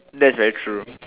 that's very true